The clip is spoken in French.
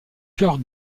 chœur